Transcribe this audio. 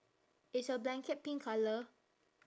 is your blanket pink colour